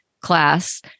class